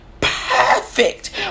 perfect